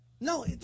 No